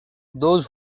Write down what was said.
those